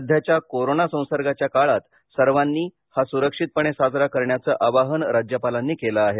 सध्याच्या कोरोना संसर्गाच्या काळात सर्वांनी हा सुरक्षितपणे साजरा करण्याचे आवाहनही राज्यपालांनी केले आहे